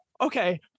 Okay